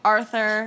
Arthur